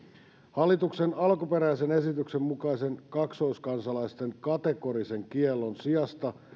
hallituksen alkuperäisen esityksen mukaisen kaksoiskansalaisten kategorisen kiellon sijasta